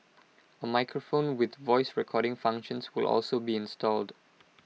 A microphone with voice recording functions will also be installed